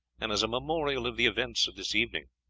and as a memorial of the events of this evening.